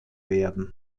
werden